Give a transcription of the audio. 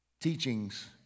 teachings